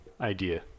idea